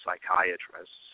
psychiatrists